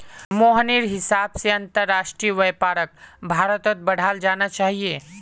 मोहनेर हिसाब से अंतरराष्ट्रीय व्यापारक भारत्त बढ़ाल जाना चाहिए